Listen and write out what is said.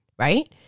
right